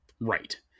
Right